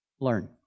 Learn